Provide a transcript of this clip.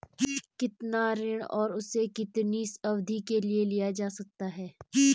कितना ऋण और उसे कितनी अवधि के लिए लिया जा सकता है?